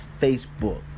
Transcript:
Facebook